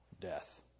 death